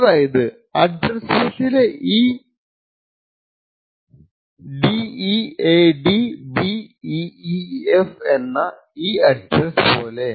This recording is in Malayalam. അതായതു അഡ്രെസ്സ് ബസ്സിലെ ഈ 0xdeadbeef എന്ന ഈ അഡ്രെസ്സ് പോലെ